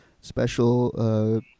special